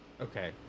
Okay